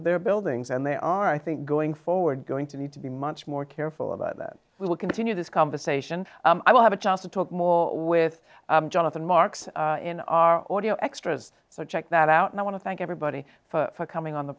of their buildings and they are i think going forward going to need to be much more careful about that we will continue this conversation i will have a chance to talk more with jonathan marx in our audio extras so check that out and i want to thank everybody for coming on the